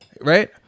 right